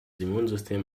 immunsystem